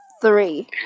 three